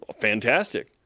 Fantastic